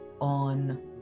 on